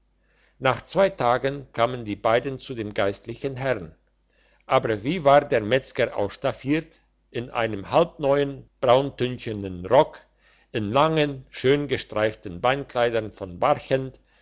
nach zwei tagen kamen die beiden zu dem geistlichen herrn aber wie war der metzger ausstaffiert in einem halbneuen brauntüchenen rock in langen schön gestreiften beinkleidern von